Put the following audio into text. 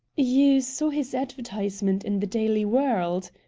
you saw his advertisement in the daily world,